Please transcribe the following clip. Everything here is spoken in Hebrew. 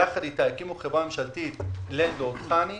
יחד איתה הקימו חברה ממשלתית לנדור חנ"י,